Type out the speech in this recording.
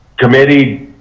committee